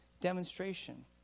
demonstration